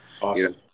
Awesome